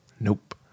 Nope